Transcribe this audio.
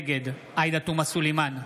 נגד עאידה תומא סלימאן,